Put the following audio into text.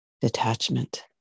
Detachment